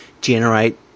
generate